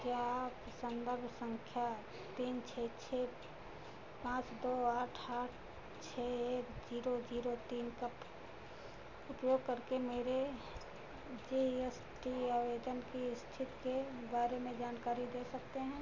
क्या आप संदर्भ संख्या तीन छः छः पाँच दो आठ आठ छः एक जीरो जीरो तीन का उपयोग करके मेरे जी एस टी आवेदन की स्थिति के बारे में जानकारी दे सकते हैं